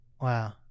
Wow